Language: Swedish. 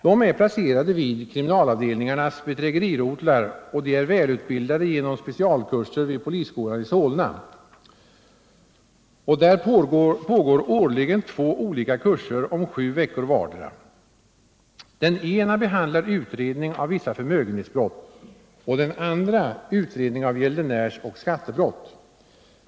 De är placerade vid kriminalavdelningarnas bedrägerirotlar, och dessa poliser är välutbildade genom specialkurser vid polisskolan i Solna. Där pågår årligen två olika kurser om sju veckor vardera. Den ena kursen behandlar utredning av vissa förmögenhetsbrott och den andra utredning av gäldenärsoch skattebrott.